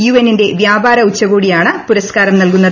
U എന്നിന്റെ വ്യാപാര ഉച്ചകോടിയാണ് പുരസ്കാരം നൽകുന്നത്